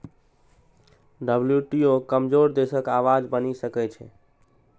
WTO कमजोर देशक आवाज बनि सकै छै